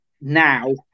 now